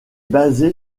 basée